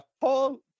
Paul